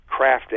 crafting